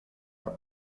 are